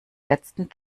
letzten